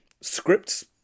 Scripts